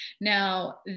Now